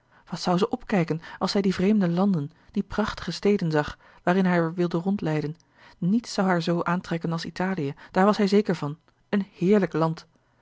wat zou zij opkijken als zij die vreemde landen die prachtige steden zag waarin hij haar wilde rondleiden niets zou haar zoo aantrekken als italië daar was hij zeker van een heerlijk land